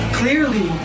clearly